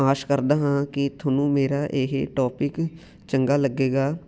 ਆਸ ਕਰਦਾ ਹਾਂ ਕਿ ਤੁਹਾਨੂੰ ਮੇਰਾ ਇਹ ਟੋਪਿਕ ਚੰਗਾ ਲੱਗੇਗਾ